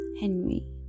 henry